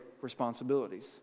responsibilities